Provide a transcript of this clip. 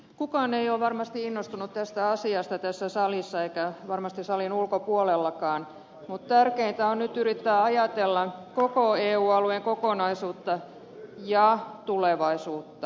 kukaan ei ole varmasti innostunut tästä asiasta tässä salissa eikä varmasti salin ulkopuolellakaan mutta tärkeintä on nyt yrittää ajatella koko eu alueen kokonaisuutta ja tulevaisuutta